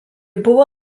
buvo